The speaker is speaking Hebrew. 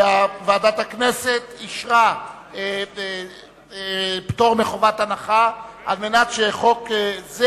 וועדת הכנסת אישרה פטור מחובת הנחה על מנת שחוק זה